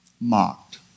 mocked